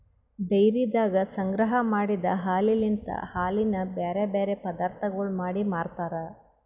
ಡೈರಿದಾಗ ಸಂಗ್ರಹ ಮಾಡಿದ್ ಹಾಲಲಿಂತ್ ಹಾಲಿನ ಬ್ಯಾರೆ ಬ್ಯಾರೆ ಪದಾರ್ಥಗೊಳ್ ಮಾಡಿ ಮಾರ್ತಾರ್